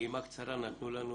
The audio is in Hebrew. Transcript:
שבטעימה קצרה נתנו לנו